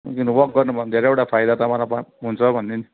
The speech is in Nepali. वक गर्नुभयो भने धेरैवटा फाइदा तपाईँलाई हुन्छ भनेर नि